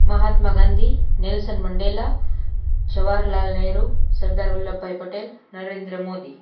Mahatma Gandhi Nelson Mandela Jawaharlal Nehru Sardar Vallabhbhai Patel Narendra Modi